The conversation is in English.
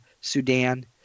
Sudan